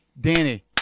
Danny